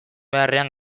beharrean